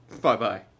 Bye-bye